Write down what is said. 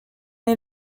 est